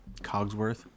Cogsworth